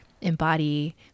embody